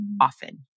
often